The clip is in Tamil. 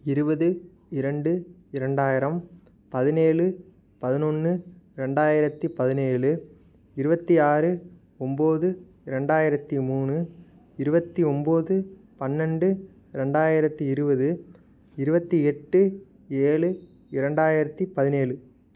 இருபது இரண்டு இரண்டாயிரம் பதினேழு பதினொன்று ரெண்டாயிரத்தி பதினேழு இருபத்தி ஆறு ஒம்பது ரெண்டாயிரத்தி மூணு இருபத்தி ஒம்பது பன்னெண்டு ரெண்டாயிரத்தி இருபது இருபத்தி எட்டு ஏழு இரண்டாயிரத்தி பதினேழு